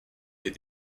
est